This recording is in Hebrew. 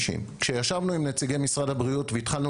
כשישבנו עם נציגי משרד הבריאות והתחלנו